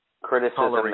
criticism